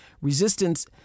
Resistance—